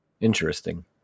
interesting